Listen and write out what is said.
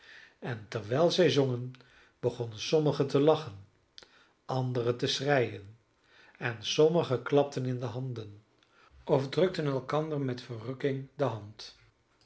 en terwijl zij zongen begonnen sommigen te lachen anderen te schreien en sommigen klapten in de handen of drukten elkander met verrukking de hand